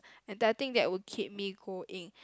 and I think that will keep me going